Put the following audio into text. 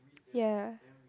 ya